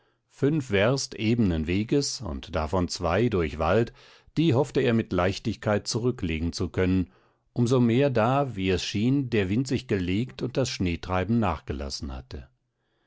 fünf werst ebenen weges und davon zwei durch wald die hoffte er mit leichtigkeit zurücklegen zu können um so mehr da wie es schien der wind sich gelegt und das schneetreiben nachgelassen hatte